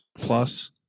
plus